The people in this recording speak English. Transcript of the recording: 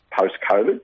post-COVID